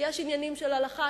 כי יש עניינים של הלכה,